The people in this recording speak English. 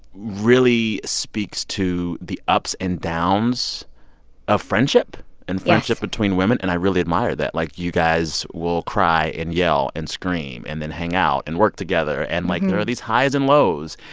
really speaks to the ups and downs of friendship and friendship. yes. between women. and i really admire that. like, you guys will cry and yell and scream and then hang out and work together. and like, there are these highs and lows.